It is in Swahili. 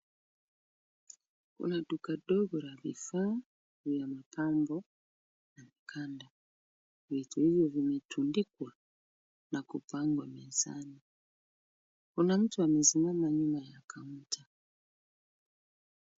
Kuna duka dogo la vifaa vya mapambo hapo kando, vitu hivyo vimetundikwa na kupangwa mezani, kuna mtu amesimama nyuma ya counter .